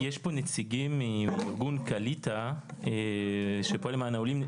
יש פה נציגים מארגון קעליטה שפועל למען העולים.